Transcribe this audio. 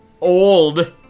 old